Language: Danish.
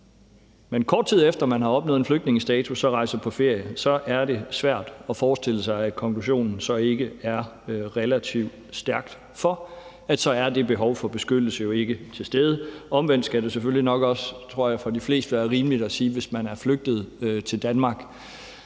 man, kort tid efter man har opnået en flygtningestatus, rejser på ferie, er det svært at forestille sig, at konklusionen så ikke er relativ stærkt for, at så er det behov for beskyttelse jo ikke til stede. Omvendt skal det selvfølgelig nok også, tror jeg, for de fleste være rimeligt at sige, at hvis man er flygtet til Danmark